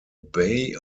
bay